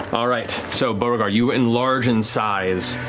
all right. so beauregard, you enlarge in size.